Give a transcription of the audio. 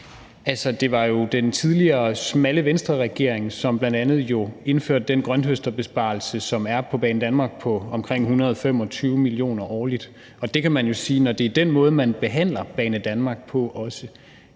Det var jo den tidligere smalle Venstreregering, som bl.a. indførte den grønthøsterbesparelse, som er på Banedanmark på omkring 125 mio. kr. årligt. Når det er den måde, man behandler Banedanmark på, så